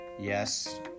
Yes